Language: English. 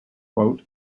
golden